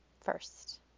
first